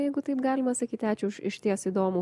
jeigu taip galima sakyti ačiū už išties įdomų